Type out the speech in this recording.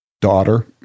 daughter